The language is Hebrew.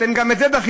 אתם גם את זה דחיתם.